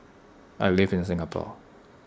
I live in Singapore